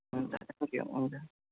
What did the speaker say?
हुन्छ thank you हुन्छ